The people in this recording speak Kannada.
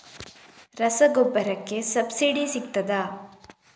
ರಸಗೊಬ್ಬರಕ್ಕೆ ಸಬ್ಸಿಡಿ ಸಿಗ್ತದಾ?